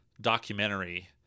documentary